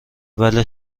ولی